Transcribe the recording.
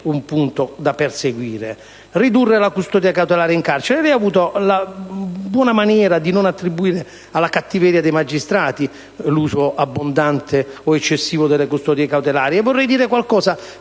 riguarda la riduzione della custodia cautelare in carcere, lei ha avuto la buona maniera di non attribuire alla cattiveria dei magistrati l'uso abbondante o eccessivo delle custodie cautelari.